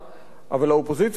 אבל האופוזיציה גם צריכה,